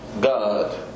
God